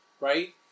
Right